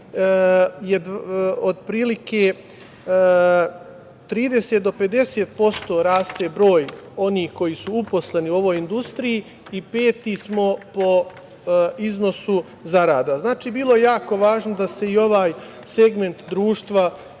otprilike 30 do 50% raste broj onih koji su uposleni u ovoj industriji i peti smo po iznosu zarada. Znači, bilo je jako važno da se i ovaj segment društva